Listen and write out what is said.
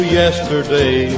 yesterday